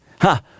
Ha